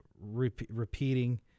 repeating